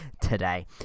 today